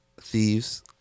thieves